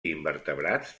invertebrats